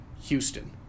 Houston